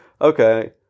okay